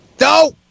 No